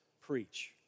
preach